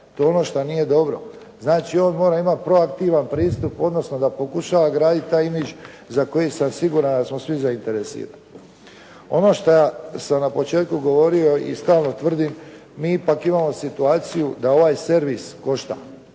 to je ono šta nije dobro. Znači on mora imati proaktivan pristup, odnosno da pokušava graditi taj imidž za koji sam siguran da smo svi zainteresirani. Ono šta sam na početku govorio i stalno tvrdim, mi ipak imamo situaciju da ovaj servis košta